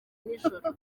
n’ijoro